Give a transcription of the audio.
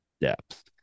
depth